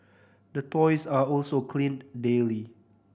the toys are also cleaned daily